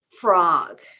Frog